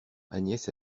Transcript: agnès